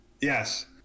Yes